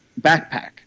backpack